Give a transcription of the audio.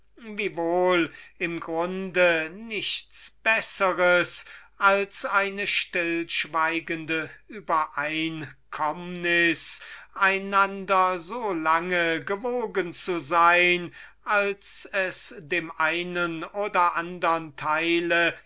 im grunde nichts bessers als eine stillschweigende übereinkommnis ist einander so lange gewogen zu sein als es einem oder dem andern teil